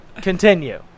Continue